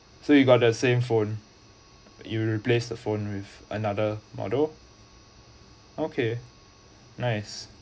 so you got the same phone you replace the phone with another model okay nice